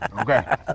Okay